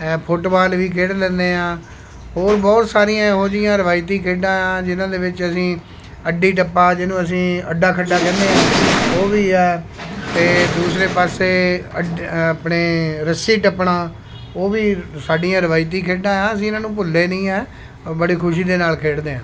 ਹੈ ਫੁੱਟਬਾਲ ਵੀ ਖੇਡ ਲੈਂਦੇ ਹਾਂ ਹੋਰ ਬਹੁਤ ਸਾਰੀਆਂ ਇਹੋ ਜਿਹੀਆਂ ਰਵਾਇਤੀ ਖੇਡਾਂ ਜਿਨ੍ਹਾਂ ਦੇ ਵਿੱਚ ਅਸੀਂ ਅੱਡੀ ਟੱਪਾ ਜਿਹਨੂੰ ਅਸੀਂ ਅੱਡਾ ਖੱਡਾ ਕਹਿੰਦੇ ਹਾਂ ਉਹ ਵੀ ਹੈ ਅਤੇ ਦੂਸਰੇ ਪਾਸੇ ਆਪਣੇ ਰੱਸੀ ਟੱਪਣਾ ਉਹ ਵੀ ਸਾਡੀਆਂ ਰਵਾਇਤੀ ਖੇਡਾਂ ਆਂ ਅਸੀਂ ਇਹਨਾਂ ਨੂੰ ਭੁੱਲੇ ਨਹੀਂ ਹਾਂ ਬੜੇ ਖੁਸ਼ੀ ਦੇ ਨਾਲ਼ ਖੇਡਦੇ ਹਾਂ